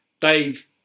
Dave